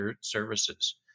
services